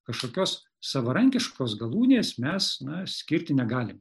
kažkokios savarankiškos galūnės mes na skirti negalim